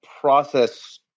process